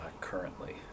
currently